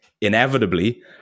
inevitably